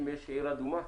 אם יש עיר אדומה?